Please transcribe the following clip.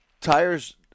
tires –